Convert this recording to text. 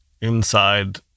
inside